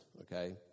okay